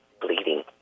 bleeding